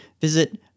visit